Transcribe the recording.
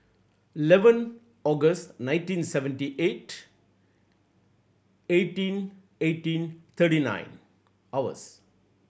eleven August nineteen seventy eight eighteen eighteen thirty nine hours